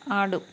ఆడు